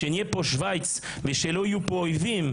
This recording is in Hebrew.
כשנהיה פה שוויץ וכשלא יהיו פה אויבים,